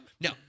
no